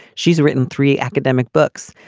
she's written three academic books.